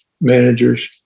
managers